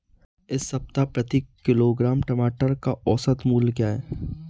इस सप्ताह प्रति किलोग्राम टमाटर का औसत मूल्य क्या है?